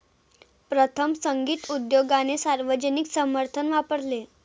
प्रथम, संगीत उद्योगाने सार्वजनिक समर्थन वापरले